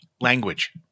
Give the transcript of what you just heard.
language